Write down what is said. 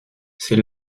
ses